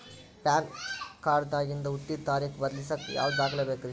PAN card ದಾಗಿನ ಹುಟ್ಟಿದ ತಾರೇಖು ಬದಲಿಸಾಕ್ ಯಾವ ದಾಖಲೆ ಬೇಕ್ರಿ?